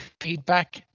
feedback